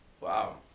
Wow